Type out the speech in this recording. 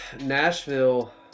nashville